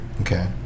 Okay